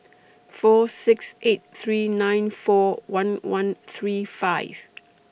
four six eight three nine four one one three five